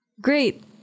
Great